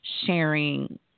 sharing